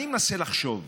אני מנסה לחשוב,